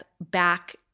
back